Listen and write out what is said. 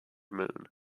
moon